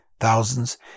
Thousands